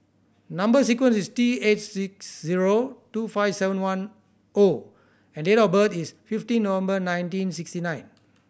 number sequence is T eight six zero two five seven one O and date of birth is fifteen November nineteen sixty nine